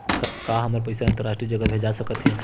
का हमर पईसा अंतरराष्ट्रीय जगह भेजा सकत हे?